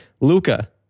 Luca